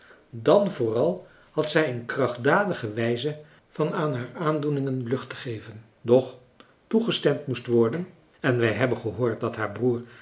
dan vooral had zij een krachtdadige wijze van aan haar aandoeningen lucht te geven doch toegestemd moest worden en wij hebben gehoord dat haar broer